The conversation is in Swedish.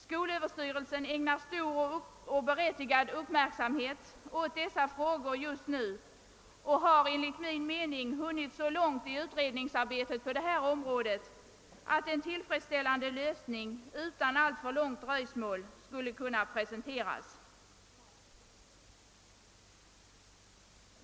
Skol överstyrelsen ägnar stor och berättigad uppmärksamhet åt dessa frågor just nu och har enligt min mening hunnit så långt i utredningsarbetet att en tillfredsställande lösning utan alltför stort dröjsmål torde kunna presenteras.